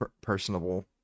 personable